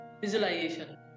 visualization